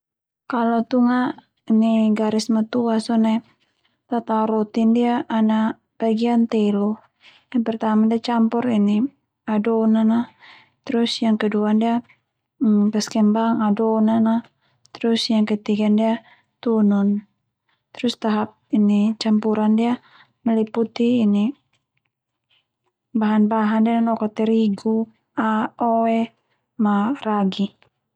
Kalo tunga garis matua sone tatao roti ndia tatao roti ndia ana bagian telu yang pertama ndia campur adonan a, terus yang kedua ndia kas kembang adonan a, trus yang ketiga ndia tunun, terus tahap campuran ndia meliputi ini bahan-bahan ndia noka terigu oe ma ragi.